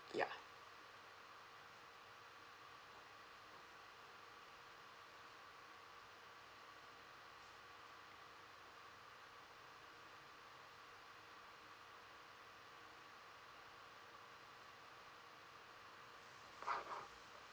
yeah